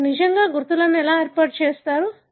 మీరు నిజంగా గుర్తులను ఎలా ఏర్పాటు చేస్తారు